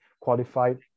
qualified